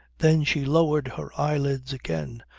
then she lowered her eyelids again,